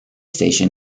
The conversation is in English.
station